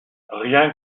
rien